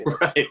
Right